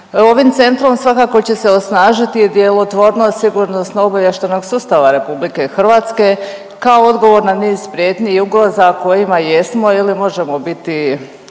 Ovim centrom svakako će se osnažiti djelotvornost sigurnosno-obavještajnog sustava RH kao odgovor na niz prijetnji i ugroza kojima jesmo ili možemo biti